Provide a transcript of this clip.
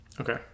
Okay